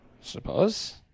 Suppose